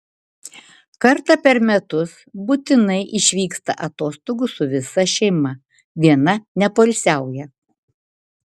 kartą per metus būtinai išvyksta atostogų su visa šeima viena nepoilsiauja